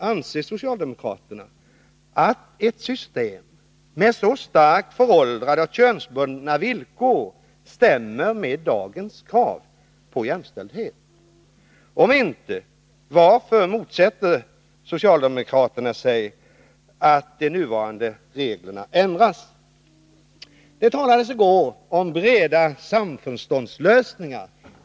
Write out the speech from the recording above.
Anser socialdemokraterna att ett system med så starkt föråldrade och könsbundna villkor stämmer med dagens krav på jämställdhet? Om inte, varför motsätter sig socialdemokraterna att de nuvarande reglerna ändras? Det talades i går här i kammaren om breda samförståndslösningar.